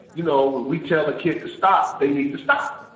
you know when we tell a kid to stop they need to stop.